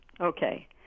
Okay